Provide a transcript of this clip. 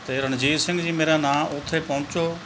ਅਤੇ ਰਣਜੀਤ ਸਿੰਘ ਜੀ ਮੇਰਾ ਨਾਂ ਉੱਥੇ ਪਹੁੰਚੋ